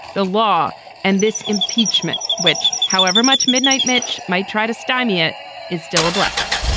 the law and this impeachment, which however much midnight mitch might try to stymie it is still a blessing.